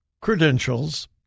credentials